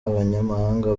abanyamabanga